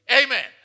amen